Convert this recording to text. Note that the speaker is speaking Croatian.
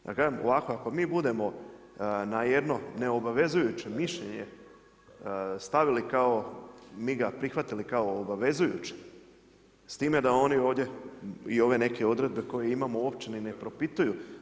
Da kažem ovako, ako mi budemo na jedno neobavezujuće mišljenje stavili kao, mi ga prihvatili kao obavezujuće s time da oni ovdje i ove neke odredbe koje imamo uopće ni ne propituju.